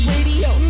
Radio